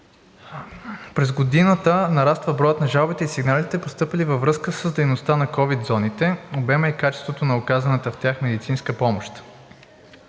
През годината нараства броят на жалбите и сигналите, постъпили във връзка с дейността на COVID зоните, обема и качеството на оказаната в тях медицинска помощ.